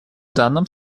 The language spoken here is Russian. данном